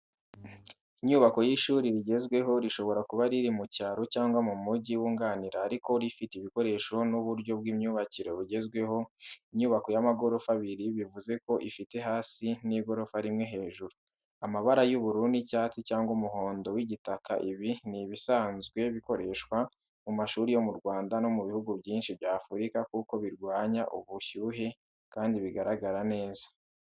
Inyubako y’ishuri rigezweho rishobora kuba riri mu cyaro cyangwa mu mujyi wunganira ariko rifite ibikoresho n’uburyo bw’imyubakire bugezweho. Inyubako y'amagorofa abiri bivuze ko ifite hasi n’igorofa rimwe hejuru. Amabara y’ubururu n’icyatsi cyangwa umuhondo w’igitaka ibi ni ibisanzwe bikoreshwa ku mashuri yo mu Rwanda no mu bihugu byinshi bya Afurika, kuko birwanya ubushyuhe kandi biragaragara neza.